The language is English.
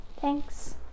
thanks